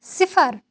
صِفر